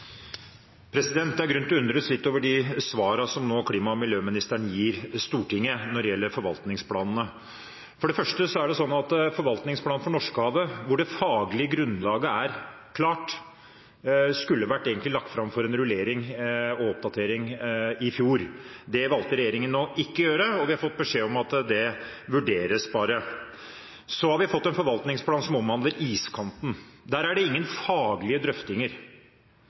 grunn til å undres litt over de svarene som klima- og miljøministeren nå gir Stortinget når det gjelder forvaltningsplanene. For det første er det slik at forvaltningsplanen for Norskehavet, hvor det faglige grunnlaget er klart, egentlig skulle vært lagt fram for rullering og oppdatering i fjor. Det valgte regjeringen ikke å gjøre, og vi har fått beskjed om at det vurderes bare. Så har vi fått en forvaltningsplan som omhandler iskanten. Der er det ingen faglige drøftinger.